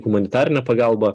humanitarine pagalba